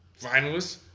finalists